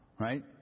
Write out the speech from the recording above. right